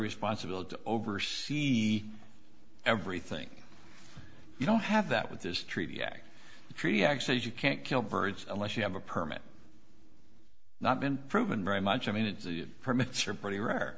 responsibility over see everything you don't have that with this treaty a treaty actually is you can't kill birds unless you have a permit not been proven very much i mean it's the permits are pretty rare